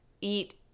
eat